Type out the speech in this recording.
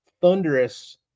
thunderous